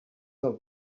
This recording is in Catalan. del